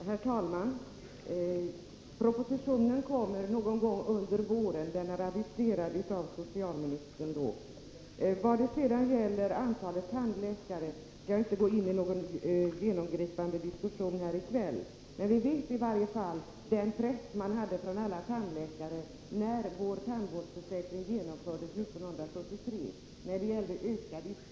Herr talman! Propositionen kommer någon gång under våren, har socialministern aviserat. Vad gäller antalet tandläkare skall jag inte gå in i någon genomgripande diskussion här i kväll. Men vi känner i varje fall till den press som kom från alla tandläkare i fråga om ökad utbildning när tandvårdsförsäkringen genomfördes 1973.